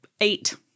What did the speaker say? eight